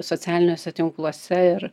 socialiniuose tinkluose ir